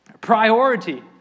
Priority